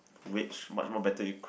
which much more better equip